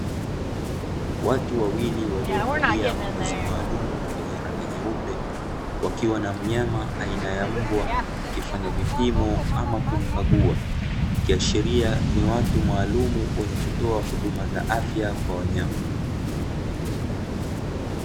Watu wawili waliovalia mavazi maalumu yenye rangi nyeupe, wakiwa na mnyama aina ya mbwa wakifanya vipimo ama kumkagua. Ikiashiria ni watu maalumu wenye kutoa huduma za afya kwa wanyama.